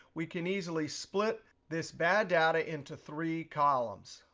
we can easily split this bad data into three columns.